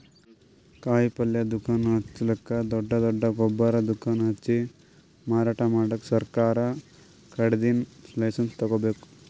ಕಾಯಿಪಲ್ಯ ದುಕಾನ್ ಹಚ್ಚಲಕ್ಕ್ ದೊಡ್ಡ್ ದೊಡ್ಡ್ ಗೊಬ್ಬರ್ ದುಕಾನ್ ಹಚ್ಚಿ ಮಾರಾಟ್ ಮಾಡಕ್ ಸರಕಾರ್ ಕಡೀನ್ದ್ ಲೈಸನ್ಸ್ ತಗೋಬೇಕ್